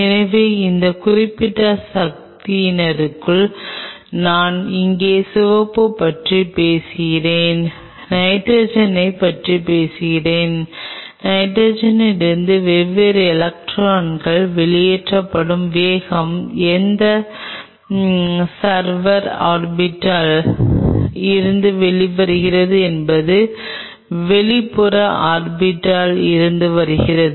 எனவே இந்த குறிப்பிட்ட சக்தியினருக்குள் நான் இங்கே சிவப்பு பற்றி பேசுகிறேன் நைட்ரஜனைப் பற்றி பேசுகிறேன் நைட்ரஜனில் இருந்து வெவ்வேறு எலக்ட்ரான்கள் வெளியேற்றப்படும் வேகம் எந்த சர்வர் ஆர்பிட்டால் இருந்து வெளிவருகிறது என்பது வெளிப்புற ஆர்பிட்டால் இருந்து வருகிறது